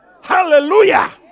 Hallelujah